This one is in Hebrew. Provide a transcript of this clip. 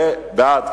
בעד.